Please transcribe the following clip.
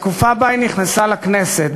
בתקופה שבה היא נכנסה לכנסת,